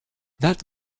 that